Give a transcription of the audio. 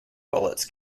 bullets